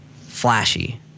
flashy